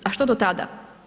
A što do tada?